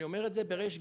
אני אומר את זה בריש גלי.